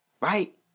Right